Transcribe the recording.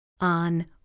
on